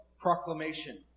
proclamation